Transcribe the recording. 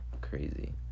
crazy